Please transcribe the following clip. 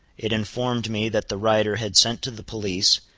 it informed me that the writer had sent to the police,